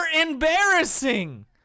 embarrassing